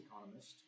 economist